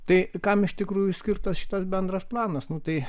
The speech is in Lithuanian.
tai kam iš tikrųjų skirtas šitas bendras planas tai